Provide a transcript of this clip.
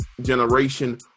generation